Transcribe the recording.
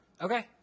Okay